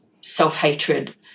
self-hatred